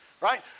Right